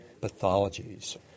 pathologies